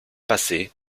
passée